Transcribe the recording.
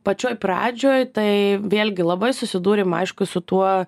pačioj pradžioj tai vėlgi labai susidūrėm aišku su tuo